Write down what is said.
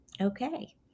Okay